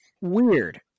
weird